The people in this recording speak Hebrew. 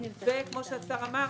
כפי שהשר אמר,